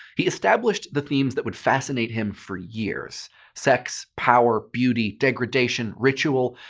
he established the themes that would fascinate him for years sex, power, beauty, degradation, ritual,